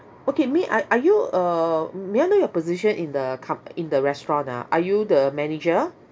okay may are are you a may I know your position in the com~ in the restaurant ah are you the manager